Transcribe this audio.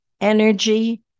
energy